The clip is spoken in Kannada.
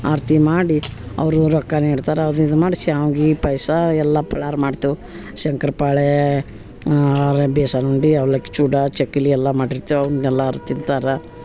ಆರತಿ ಮಾಡಿ ಅವರು ರೊಕ್ಕ ನೀಡ್ತಾರೆ ಅದು ಇದು ಮಾಡಿ ಶಾವ್ಗಿ ಪಾಯಸ ಎಲ್ಲ ಫಳಾರ ಮಾಡ್ತೇವೆ ಶಂಕರಪಾಳೆ ಬೇಸನ್ ಉಂಡೆ ಅವಲಕ್ಕಿ ಚೂಡ ಚಕ್ಕುಲಿ ಎಲ್ಲ ಮಾಡಿರ್ತೇವೆ ಅವ್ನ ಎಲ್ಲರೂ ತಿಂತಾರೆ